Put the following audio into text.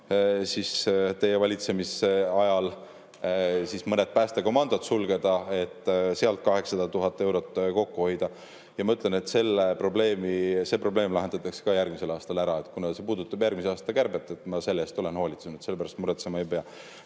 ka teie valitsemisajal ette nähtud mõned päästekomandod sulgeda, et sealt 800 000 eurot kokku hoida. Ma ütlen, et see probleem lahendatakse ka järgmisel aastal ära. Kuna see puudutab järgmise aasta kärbet, siis ma selle eest olen hoolitsenud, selle pärast muretsema ei pea.